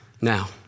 Now